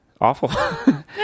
awful